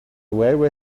railway